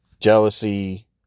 jealousy